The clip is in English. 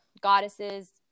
goddesses